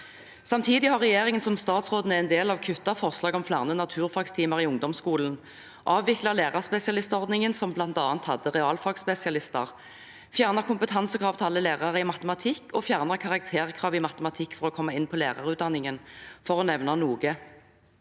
Samtidig har regjeringen som statsråden er en del av, avvist forslaget om flere naturfagtimer i ungdomsskolen, avviklet lærerspesialistordningen, som bl.a. hadde realfagsspesialister, fjernet kompetansekrav til alle lærere i matematikk og fjernet karakterkravet i matematikk for å komme inn på lærerutdanningen, for å nevne noe.